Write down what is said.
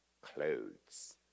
Clothes